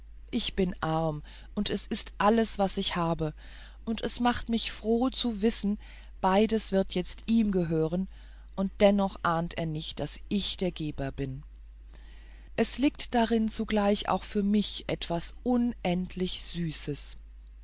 ich bin arm und es ist alles was ich habe aber es macht mich froh zu wissen beides wird jetzt ihm gehören und dennoch ahnt er nicht daß ich der geber bin es liegt darin zugleich auch für mich etwas unendlich süßes